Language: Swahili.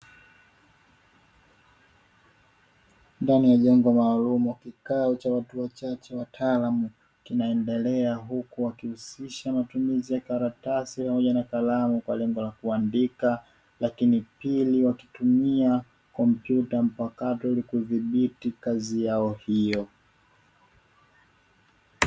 Ndani ya jengo maalum, kikao cha watu wachache wataalamu kinaendelea huku wakihusisha matumizi ya karatasi pamoja na kalamu kwa lengo la kuandika, lakini pia wakitumia kompyuta, mpaka tulikudhibiti kazi yao hiyo.